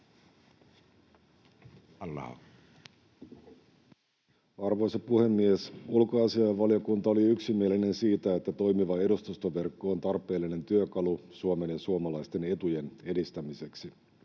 Arvoisa puhemies! Ulkoasiainvaliokunta oli yksimielinen siitä, että toimiva edustustoverkko on tarpeellinen työkalu Suomen ja suomalaisten etujen edistämiseksi